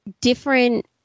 different